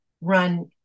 run